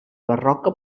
barroca